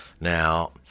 Now